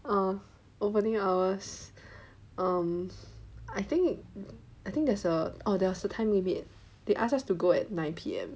uh opening hours um I think I think there's a there's a oh there was a time limit they ask us to go at nine P_M